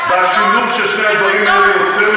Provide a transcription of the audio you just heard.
אדוני ראש הממשלה,